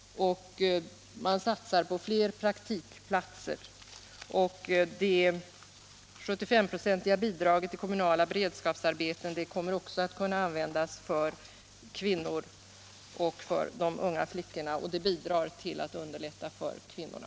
Man satsar på fler praktikplatser. Det 75-procentiga bidraget till kommunala beredskapsarbeten kommer också att kunna användas för kvinnor och unga flickor, och det bidrar till att underlätta för kvinnorna.